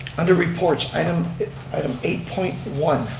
under reports item item eight point one.